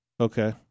Okay